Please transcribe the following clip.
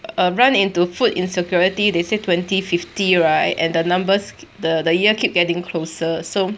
err run into food insecurity they say twenty fifty right and the numbers the year keep getting closer so